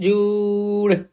Jude